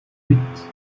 huit